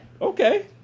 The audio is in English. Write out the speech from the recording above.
Okay